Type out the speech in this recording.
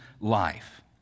life